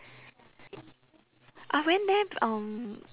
I went there um